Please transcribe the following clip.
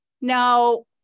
Now